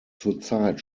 zurzeit